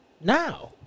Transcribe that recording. now